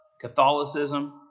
Catholicism